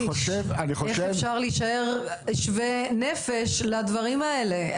איך אפשר להישאר שווה נפש לדברים האלה?